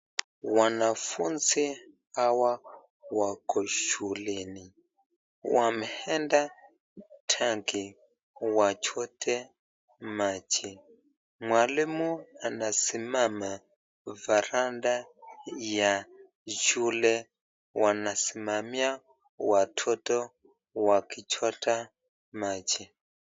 Wanafunzi Hawa wako shuleni . Wameenda tanki wachote maji . Mwalimu anasimama faranda ya shule. Wanasimamia watoto wakichota maji.